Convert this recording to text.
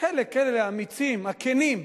חלק, כאלה, האמיצים, הכנים,